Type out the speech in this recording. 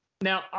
now